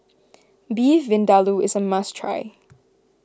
Beef Vindaloo is a must try